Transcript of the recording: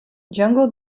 jungle